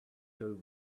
till